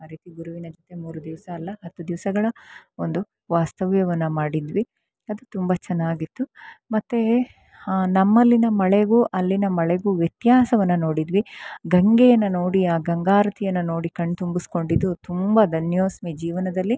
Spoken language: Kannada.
ಅದಕ್ಕೆ ಗುರುವಿನ ಜೊತೆ ಮೂರು ದಿವಸ ಅಲ್ಲ ಹತ್ತು ದಿವಸಗಳ ಒಂದು ವಾಸ್ತವ್ಯವನ್ನು ಮಾಡಿದ್ವಿ ಅದು ತುಂಬ ಚೆನ್ನಾಗಿತ್ತು ಮತ್ತು ನಮ್ಮಲ್ಲಿನ ಮಳೆಗು ಅಲ್ಲಿನ ಮಳೆಗು ವ್ಯತ್ಯಾಸವನ್ನು ನೋಡಿದ್ವಿ ಗಂಗೆಯನ್ನು ನೋಡಿ ಆ ಗಂಗಾರತಿಯನ್ನು ನೋಡಿ ಕಣ್ತುಂಬಿಸ್ಕೊಂಡಿದ್ದು ತುಂಬ ಧನ್ಯೋಸ್ಮಿ ಜೀವನದಲ್ಲಿ